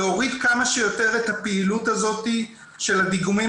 להוריד כמה שיותר את הפעילות הזאת של הדיגומים